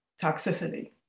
toxicity